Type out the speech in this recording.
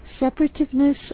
separativeness